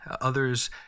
Others